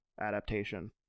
adaptation